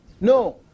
No